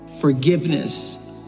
Forgiveness